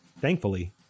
thankfully